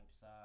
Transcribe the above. side